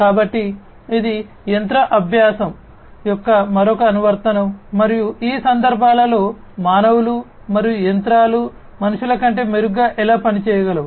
కాబట్టి ఇది యంత్ర అభ్యాసం యొక్క మరొక అనువర్తనం మరియు ఈ సందర్భాలలో మానవులు మరియు యంత్రాలు మనుషుల కంటే మెరుగ్గా ఎలా పని చేయగలవు